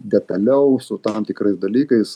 detaliau su tam tikrais dalykais